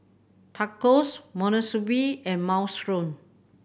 Tacos Monsunabe and Minestrone